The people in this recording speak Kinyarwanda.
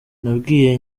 nabwiye